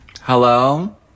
Hello